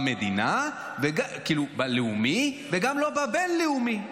במדינה, כאילו בלאומי, וגם לא בבין-לאומי.